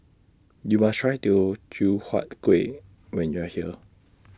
YOU must Try Teochew Huat Kueh when YOU Are here